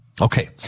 Okay